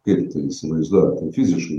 kaip įsivaizduoju fiziškai